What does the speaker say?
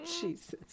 Jesus